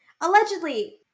Allegedly